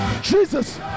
Jesus